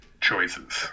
choices